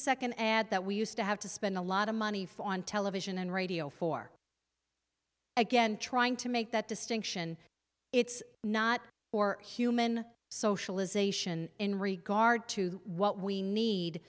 second ad that we used to have to spend a lot of money for on television and radio for again trying to make that distinction it's not for human socialization in regard to what we need